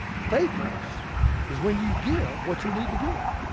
faithfulness is when you give what you need to give.